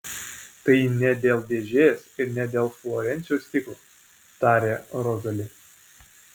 tai ne dėl dėžės ir ne dėl florencijos stiklo tarė rozali